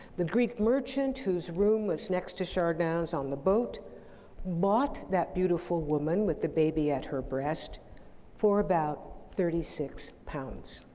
the greek merchant whose room was next to chardin's on the boat bought that beautiful woman with the baby at her breast for about thirty six pounds.